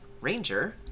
ranger